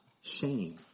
shame